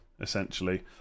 essentially